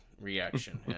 reaction